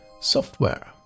Software